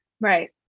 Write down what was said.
right